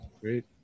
Great